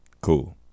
cool